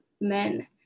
men